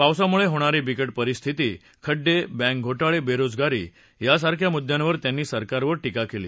पावसामुळे होणारी बिकट परिस्थिती खड्डे बँक घोटाळे बेरोजगारी यासारख्या मुद्यांवर त्यांनी सरकारवर टीका केली